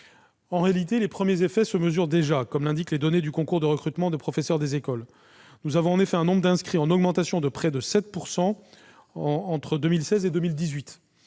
En réalité, les premiers effets se mesurent déjà, comme l'indiquent les données du concours de recrutement des professeurs des écoles : le nombre d'inscrits est en effet en augmentation de près de 7 % entre 2016 et 2018.